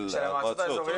של המועצות האזוריות.